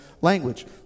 language